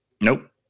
Nope